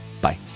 Bye